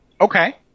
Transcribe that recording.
Okay